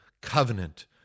covenant